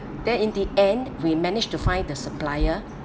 then in the end we managed to find the supplier